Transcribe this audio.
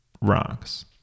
rocks